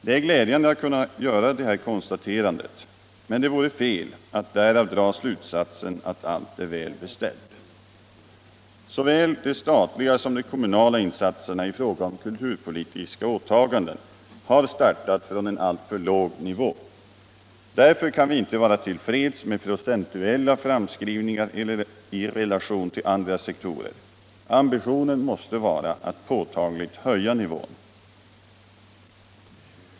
Det är glädjande att kunna göra detta konstaterande, men det vore fel att därav dra slutsatsen att allt är väl beställt. Såväl de statliga som de kommunala insatserna i fråga om kulturpolitiska åtaganden har startat från en allför låg nivå. Därför kan vi inte vara till freds med procentuella framskrivningar i relation till andra sektorer. Ambitionen måste vara att påtagligt höja nivån.